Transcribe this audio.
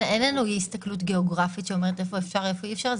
אין לנו הסתכלות גיאוגרפית שאומרת איפה אפשר איפה אי אפשר,